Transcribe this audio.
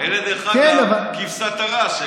כבשת הרש.